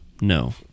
no